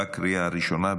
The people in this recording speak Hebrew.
בקריאה הראשונה.